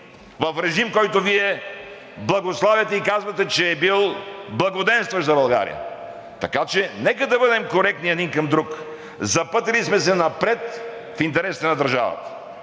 в режим, който Вие благославяте и казвате, че е бил благоденстващ за България? Така че нека да бъдем коректни един към друг – запътили сме се напред в интересите на държавата.